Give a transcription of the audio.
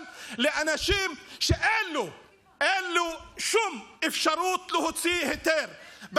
לאנשים שאין להם שום אפשרות להוציא היתר.